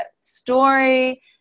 story